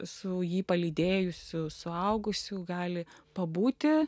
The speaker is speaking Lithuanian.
su jį palydėjusiu suaugusiu gali pabūti